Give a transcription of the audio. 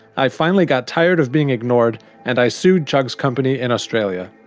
i finally got tired of being ignored and i sued chugg's company in australia.